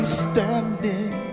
standing